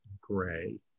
gray